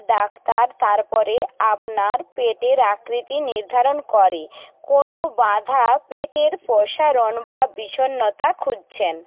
doctor তারপরে আপনার পেটের আকৃতি নির্ধারণ করে কোনও বাধা পেটের প্রসারণ বা বিষণ্ণতা খুঁজছেন